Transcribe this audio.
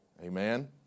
Amen